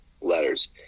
letters